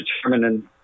determinant